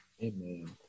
Amen